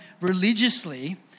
religiously